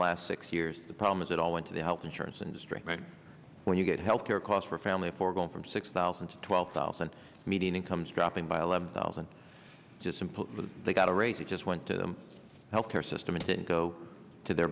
last six years the problem is it all went to the health insurance industry when you get health care costs for family for going from six thousand to twelve thousand median incomes dropping by eleven thousand just simple they got a raise it just went to them health care system it didn't go to their